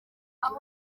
aho